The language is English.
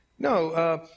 No